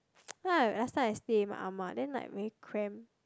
last time I stay with my Ah-Ma then like very cramp